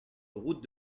route